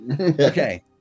okay